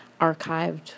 archived